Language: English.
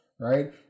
right